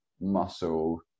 muscle